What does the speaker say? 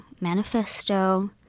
manifesto